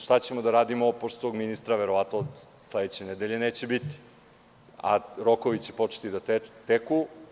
Šta ćemo da radimo, pošto tog ministra verovatno od sledeće nedelje neće biti, a rokovi će početi da teku?